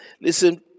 Listen